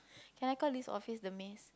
can I call list office the miss